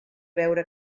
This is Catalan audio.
veure